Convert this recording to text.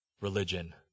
religion